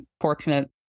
fortunate